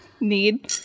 Need